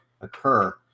occur